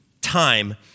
time